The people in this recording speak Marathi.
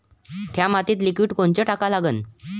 थ्या मातीत लिक्विड कोनचं टाका लागन?